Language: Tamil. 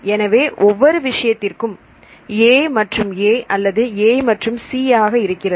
எனவே ஒவ்வொரு விஷயத்திற்கும் A மற்றும் A அல்லது A மற்றும் C ஆக இருக்கிறது